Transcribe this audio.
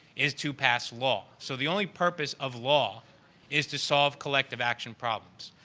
is to pass law. so, the only purpose of law is to solve collective action problems.